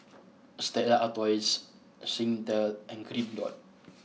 Stella Artois Singtel and Green Dot